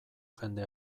jende